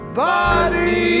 body